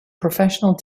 professional